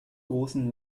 großen